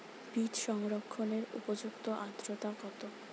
বীজ সংরক্ষণের উপযুক্ত আদ্রতা কত?